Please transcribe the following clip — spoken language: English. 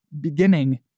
beginning